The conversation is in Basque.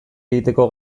egiteko